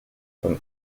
from